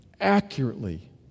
accurately